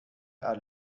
are